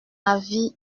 avis